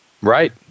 Right